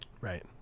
Right